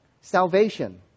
salvation